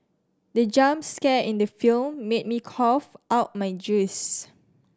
the jump scare in the film made me cough out my juice